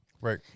right